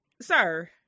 sir